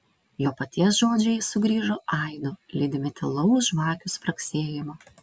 jo paties žodžiai sugrįžo aidu lydimi tylaus žvakių spragsėjimo